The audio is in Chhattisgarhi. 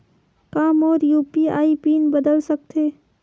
का मोर यू.पी.आई पिन बदल सकथे?